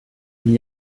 n’y